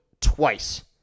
twice